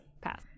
Pass